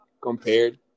Compared